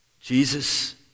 Jesus